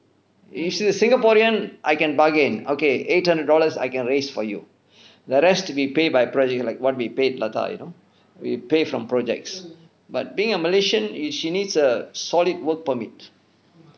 if the singaporean I can bargain okay eight hundred dollars I can raise for you the rest to be paid by project like what we paid latha you know we pay from projects but being a malaysian she needs a solid work permit